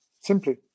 simply